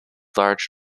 large